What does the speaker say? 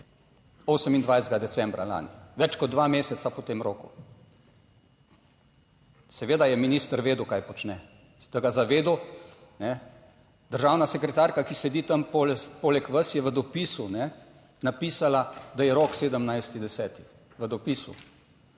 28. decembra lani, več kot dva meseca po tem roku. Seveda je minister vedel, kaj počne, se tega zavedal, ne. Državna sekretarka, ki sedi tam poleg vas, je v dopisu napisala, da je rok 17. 10., v dopisu,